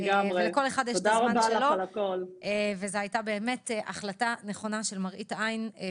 לכל אחד יש את הזמן שלו וזו הייתה באמת החלטה נכונה של